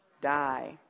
die